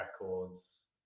records